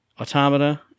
Automata